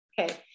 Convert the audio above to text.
Okay